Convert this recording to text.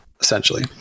essentially